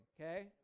okay